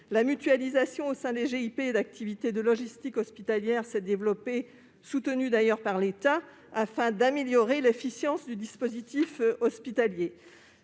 La mutualisation au sein des GIP d'activités de logistique hospitalière s'est développée, soutenue d'ailleurs par l'État, afin d'améliorer l'efficience du dispositif hospitalier.